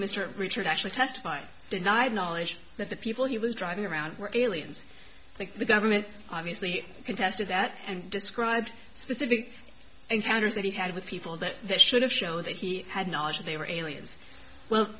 mr richard actually testified denied knowledge that the people he was driving around were aliens think the government obviously contested that and described specific encounters that he had with people that they should have shown that he had knowledge they were aliens well